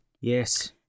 Yes